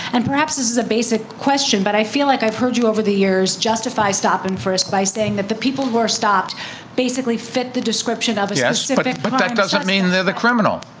and perhaps this is a basic question, but i feel like i've heard you over the years justify stop and frisk by saying that the people who are stopped basically fit the description of a yes. but that doesn't mean they're the criminal.